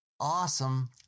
awesome